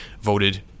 voted